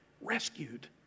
rescued